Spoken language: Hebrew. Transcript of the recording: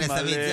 חבר הכנסת עמית,